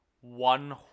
One